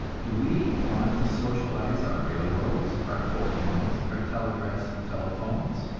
do we want to socialize our railroads, our coal mines, our telegraphs and telephones?